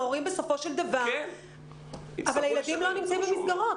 ההורים בסופו של דבר -- -אבל הילדים לא נמצאים במסגרות.